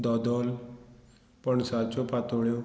दोदोल पणसाच्यो पातोळ्यो